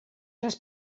les